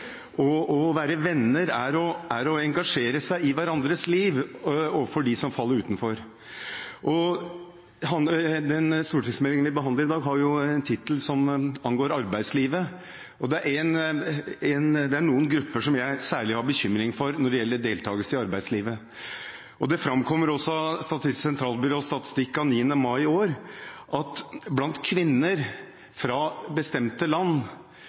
respekt. Å være venner er å engasjere seg i hverandres liv, også når det gjelder dem som faller utenfor. Den stortingsmeldingen vi behandler i dag, har en tittel som angår arbeidslivet, og det er noen grupper jeg særlig har bekymring for når det gjelder deltakelse i arbeidslivet. Det framkommer av Statistisk sentralbyrås statistikk av 9. mai i år at blant førstegenerasjons kvinner fra bestemte land